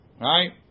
right